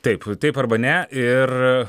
taip taip arba ne ir